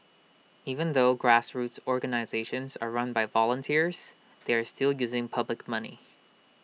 even though grassroots organisations are run by volunteers they are still using public money